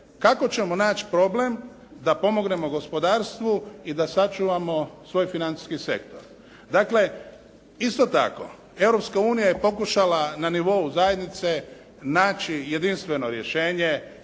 Kako ćemo naći problem da pomognemo gospodarstvu i da sačuvamo svoj financijski sektor. Dakle, isto tako Europska unija je pokušala na nivou zajednice naći jedinstveno rješenje